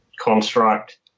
construct